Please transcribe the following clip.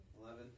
eleven